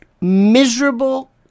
miserable